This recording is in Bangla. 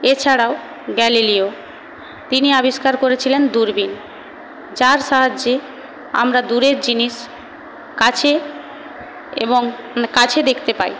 এছাড়াও গ্যালিলিও তিনি আবিষ্কার করেছিলেন দূরবীন যার সাহায্যে আমরা দূরের জিনিস কাছে এবং কাছে দেখতে পাই